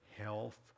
health